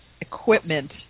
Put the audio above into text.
equipment